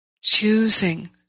Choosing